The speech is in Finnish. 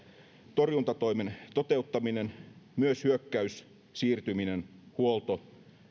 torjuntatoimen toteuttaminen myös hyökkäys siirtyminen huolto